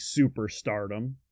superstardom